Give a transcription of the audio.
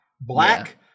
Black